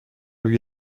lui